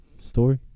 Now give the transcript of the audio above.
story